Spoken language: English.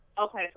Okay